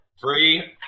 three